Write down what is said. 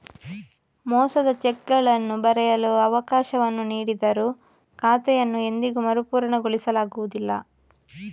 ಮೋಸದ ಚೆಕ್ಗಳನ್ನು ಬರೆಯಲು ಅವಕಾಶವನ್ನು ನೀಡಿದರೂ ಖಾತೆಯನ್ನು ಎಂದಿಗೂ ಮರುಪೂರಣಗೊಳಿಸಲಾಗುವುದಿಲ್ಲ